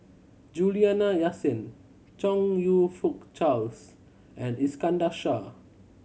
Juliana Yasin Chong You Fook Charles and Iskandar Shah